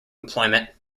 employment